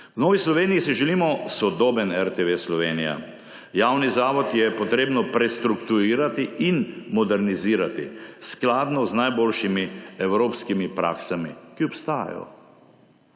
V Novi Sloveniji si želimo sodoben RTV Slovenija. Javni zavod je treba prestrukturirati in modernizirati skladno z najboljšimi evropskimi praksami, ki obstajajo.